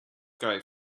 guy